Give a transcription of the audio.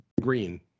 green